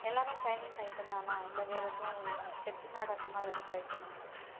எல்லாம் Chinese item தானா இல்லை வேற எதுவும் செட்டிநாடு அந்தமாதிரி எதுவும் ட்ரை பண்ணுவிங்களா சார்